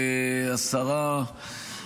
השרה,